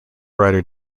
writer